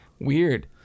Weird